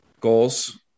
Goals